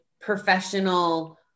professional